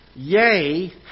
Yea